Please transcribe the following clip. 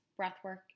breathwork